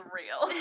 real